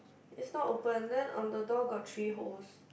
it's not opened then on the door got three holes